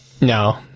No